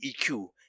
EQ